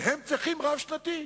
והם צריכים רב-שנתי.